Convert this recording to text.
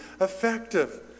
effective